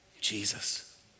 Jesus